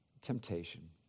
temptation